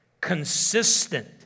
consistent